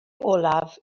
olaf